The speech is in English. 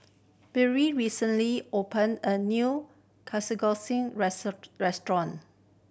Bree recently opened a new restaurant